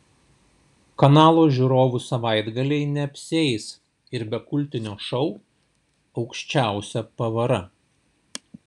kanalo žiūrovų savaitgaliai neapsieis ir be kultinio šou aukščiausia pavara